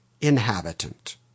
inhabitant